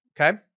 okay